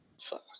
fuck